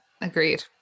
Agreed